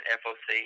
foc